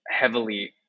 heavily